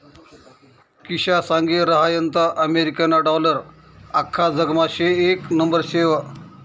किशा सांगी रहायंता अमेरिकाना डालर आख्खा जगमा येक नंबरवर शे